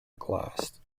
glass